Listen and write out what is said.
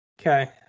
Okay